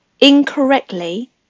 incorrectly